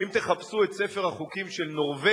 אם תחפשו את ספר החוקים של נורבגיה,